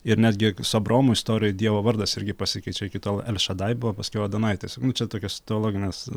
ir netgi su abraomu istorijoj dievo vardas irgi pasikeičia iki tol el šadai buvo paskiau adonai tiesiog nu čia tokios teologinės